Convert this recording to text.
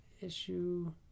issue